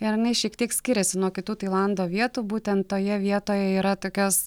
ir jinai šiek tiek skiriasi nuo kitų tailando vietų būtent toje vietoje yra tokios